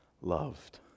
loved